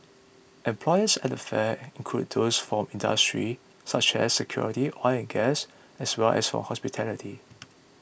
employers at the fair include those from industries such as security oil and gas as well as hospitality